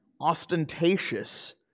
ostentatious